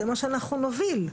זה מה שאנחנו נוביל.